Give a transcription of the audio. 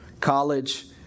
college